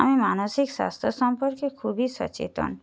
আমি মানসিক স্বাস্থ্য সম্পর্কে খুবই সচেতন